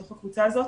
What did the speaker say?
בתוך הקבוצה הזאת